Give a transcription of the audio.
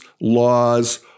laws